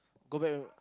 go back